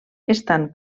estan